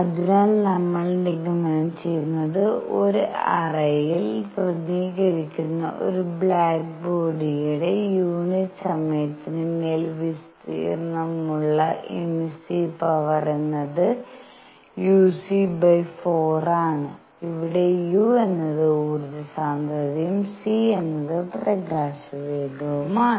അതിനാൽ നമ്മൾ നിഗമനം ചെയ്യുന്നത് ഒരു അറയാൽ പ്രതിനിധീകരിക്കുന്ന ഒരു ബ്ലാക്ക് ബോഡിയുടെ യൂണിറ്റ് സമയത്തിന് മേൽ വിസ്തീർണ്ണമുള്ള എമിസീവ് പവർഎന്നത് u c 4 ആണ് ഇവിടെ u എന്നത് ഊർജ്ജ സാന്ദ്രതയും c എന്നത് പ്രകാശവേഗവുമാണ്